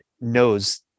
knows